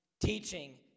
teaching